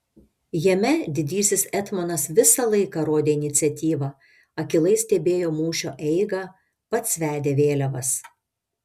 jame didysis etmonas visą laiką rodė iniciatyvą akylai stebėjo mūšio eigą pats vedė vėliavas